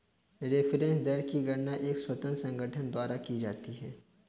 reference दर की गणना एक स्वतंत्र संगठन द्वारा की जाती है